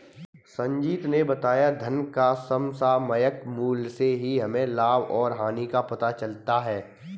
संजीत ने बताया धन का समसामयिक मूल्य से ही हमें लाभ और हानि का पता चलता है